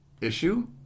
issue